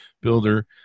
builder